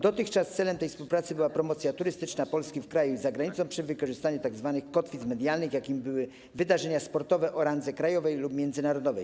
Dotychczas celem tej współpracy była promocja turystyczna Polski w kraju i za granicą przy wykorzystaniu tzw. kotwic medialnych, jakimi były wydarzenia sportowe o randze krajowej lub międzynarodowej.